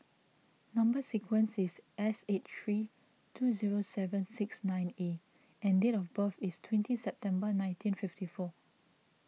Number Sequence is S eight three two zero seven six nine A and date of birth is twenty September nineteen fifty four